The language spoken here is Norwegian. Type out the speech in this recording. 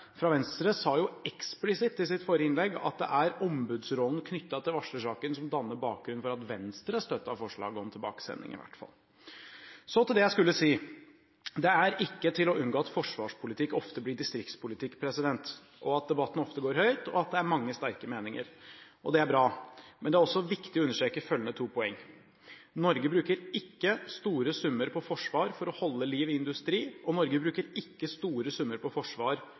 fra Venstre sa jo eksplisitt i sitt forrige innlegg at det er ombudsrollen knyttet til varslersaken som danner bakgrunnen for at Venstre støttet forslaget om tilbakesending i hvert fall. Så til det jeg skulle si: Det er ikke til å unngå at forsvarspolitikk ofte blir distriktspolitikk, at debatten ofte går høyt, at det er mange sterke meninger. Og det er bra. Men det er også viktig å understreke følgende to poeng: Norge bruker ikke store summer på forsvar for å holde liv i industri, og Norge bruker ikke store summer på forsvar